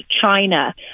China